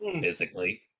Physically